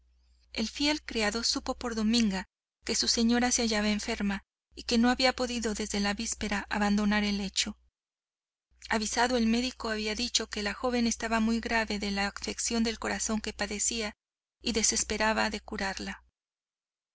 el fiel criado supo por dominga que su señora se hallaba enferma y que no había podido desde la víspera abandonar el lecho avisado el médico había dicho que la joven estaba muy grave de la afección al corazón que padecía y desesperaba de curarla